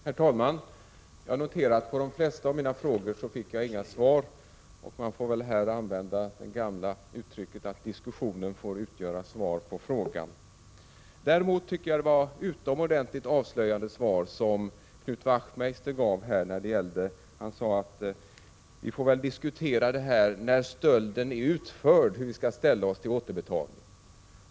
Herr talman! Jag noterar att på de flesta av mina frågor fick jag inga svar. Man får väl här använda det gamla uttrycket att diskussionen får utgöra svar på frågan. Däremot var det ett utomordentligt avslöjande svar som Knut Wachtmeister gav, då han sade: Vi får väl diskutera hur vi skall ställa oss till återbetalning när stölden är utförd.